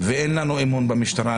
ואין לנו אמון במשטרה,